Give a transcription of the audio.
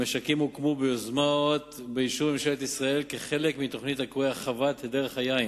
המשקים הוקמו באישור ממשלת ישראל כחלק מתוכנית הנקראת "חוות דרך היין"